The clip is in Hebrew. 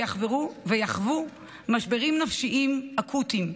ויחוו משברים נפשיים אקוטיים,